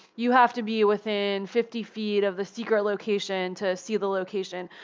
you have to be within fifty feet of the secret location to see the location.